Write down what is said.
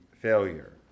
failure